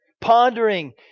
Pondering